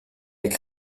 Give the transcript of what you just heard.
est